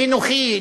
חינוכי,